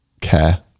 care